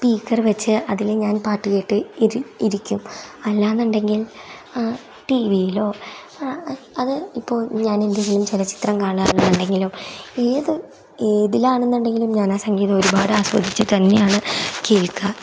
speaker വച്ച് അതിൽ ഞാൻ പാട്ട് കേട്ട് ഇരിക്കും അല്ല എന്നുണ്ടെങ്കിൽ ടി വിയിലോ അത് ഇപ്പോൾ ഞാൻ എന്തെങ്കിലും ചലച്ചിത്രം കാണാറുണ്ടെങ്കിലും ഏത് ഏതിലാണെന്നൂണ്ടെങ്കിലും ഞാനാ സംഗീതം ഒരുപാട് ആസ്വദിച്ച് തന്നെയാണ് കേൾക്കുക